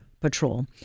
Patrol